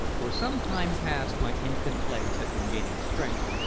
for some time past my infant legs had been gaining strength,